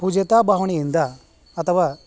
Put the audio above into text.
ಪೂಜ್ಯತಾ ಭಾವ್ನೆಯಿಂದ ಅಥವಾ